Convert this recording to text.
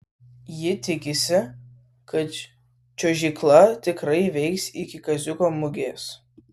ji tikisi kad čiuožykla tikrai veiks iki kaziuko mugės